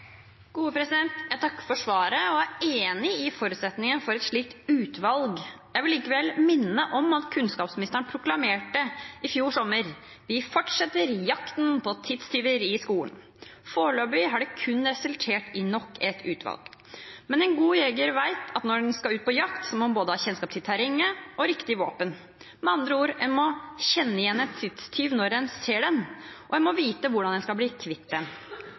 Jeg takker for svaret og er enig i forutsetningen for et slikt utvalg. Jeg vil likevel minne om hva kunnskapsministeren proklamerte i fjor sommer: «Vi fortsetter jakten på tidstyver i skolen.» Foreløpig har det kun resultert i nok et utvalg. Men en god jeger vet at når man skal ut på jakt, må man både ha kjennskap til terrenget og riktig våpen – med andre ord må man kjenne igjen en tidstyv når man ser den, og man må vite hvordan man skal bli kvitt